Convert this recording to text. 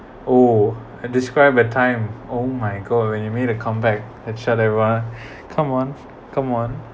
oh and described a time oh my god when you made a comeback and shut everyone come on come on